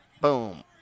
Boom